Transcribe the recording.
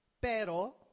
pero